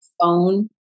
phone